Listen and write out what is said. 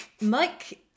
Mike